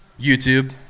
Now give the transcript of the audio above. YouTube